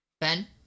Ben